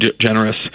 generous